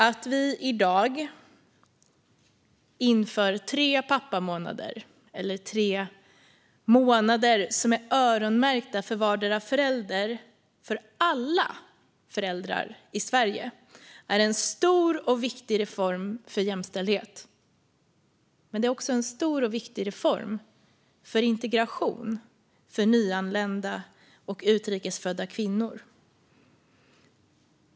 Att vi i dag inför tre pappamånader, eller tre månader som är öronmärkta för vardera föräldern, för alla föräldrar i Sverige är en stor och viktig reform för jämställdhet. Men det är också en stor och viktig reform för integration av nyanlända och utrikes födda kvinnor.